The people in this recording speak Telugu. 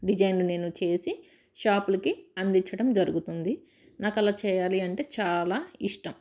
డిజైన్ నేను చేసి షాపులకి అందించడం జరుగుతుంది నాకు అలా చేయాలి అంటే చాలా ఇష్టం